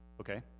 Okay